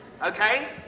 Okay